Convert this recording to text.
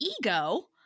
ego